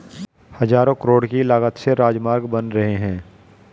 हज़ारों करोड़ की लागत से राजमार्ग बन रहे हैं